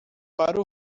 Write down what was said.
para